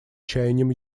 чаяниям